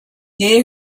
there